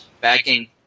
Backing